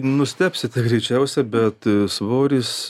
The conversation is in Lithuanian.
nustebsite greičiausiai bet svoris